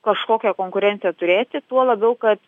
kažkokią konkurenciją turėti tuo labiau kad